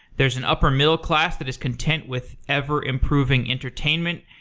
there's an upper-middle class that is content with ever improving entertainment,